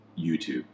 YouTube